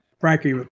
Frankie